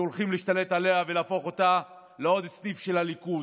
שהולכים להשתלט עליה ולהפוך אותה לעוד סניף של הליכוד,